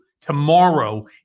Tomorrow